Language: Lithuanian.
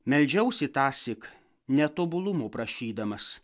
meldžiausi tąsyk netobulumų prašydamas